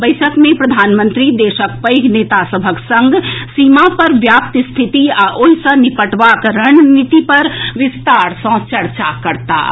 बैसक मे प्रधानमंत्री देशक पैघ नेता सभक संग सीमा पर व्याप्त स्थिति आ ओहि सॅ निपटबाक रणनीति पर विस्तार सॅ चर्चा करताह